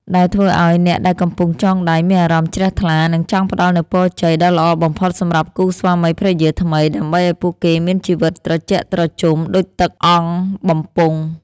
ដែលធ្វើឱ្យអ្នកដែលកំពុងចងដៃមានអារម្មណ៍ជ្រះថ្លា និងចង់ផ្តល់នូវពរជ័យដ៏ល្អបំផុតសម្រាប់គូស្វាមីភរិយាថ្មី ដើម្បីឱ្យពួកគេមានជីវិតត្រជាក់ត្រជុំដូចទឹកអង្គបំពង់។